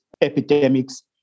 epidemics